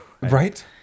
right